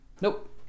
Nope